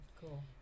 Cool